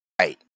Right